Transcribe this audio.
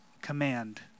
command